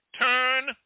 Turn